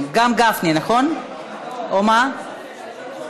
אני קובעת כי הצעת חוק שירות המדינה (מינויים) (תיקון,